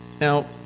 Now